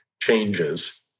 changes